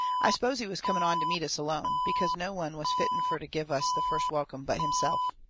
i suppose he was coming on to meet us alone, because no one was fitten fur to give us the first welcome but himself.